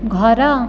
ଘର